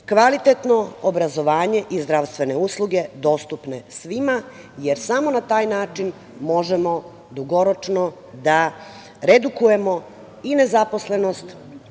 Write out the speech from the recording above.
kvalitetno obrazovanje i zdravstvene usluge dostupne svima, jer samo na taj način možemo dugoročno da redukujemo i nezaposlenost